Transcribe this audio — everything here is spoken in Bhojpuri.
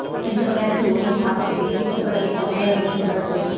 इंटरबैंक लेंडिंग मार्केट वित्तीय संकट के समय में ढेरे मदद करेला